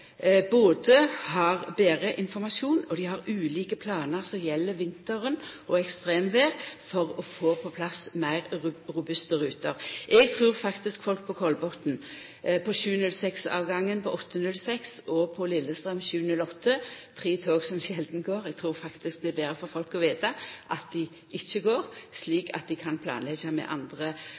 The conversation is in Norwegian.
både har betre informasjon, og dei har ulike planar som gjeld vinteren og ekstremvêr, for å få på plass meir robuste ruter. Eg trur faktisk det er betre for folk på Kolbotn på 07.06-avgangen, på 08.06-avgangen og på avgangen frå Lillestrøm 07.08 – tre tog som sjeldan går – å veta at toga ikkje går, slik at dei kan planleggja andre